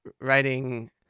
writing